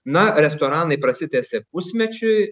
na restoranai prasitęsė pusmečiui